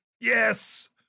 yes